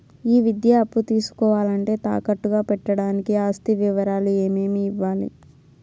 ఈ విద్యా అప్పు తీసుకోవాలంటే తాకట్టు గా పెట్టడానికి ఆస్తి వివరాలు ఏమేమి ఇవ్వాలి?